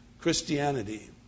Christianity